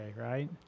right